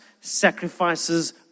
sacrifices